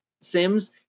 sims